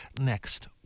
next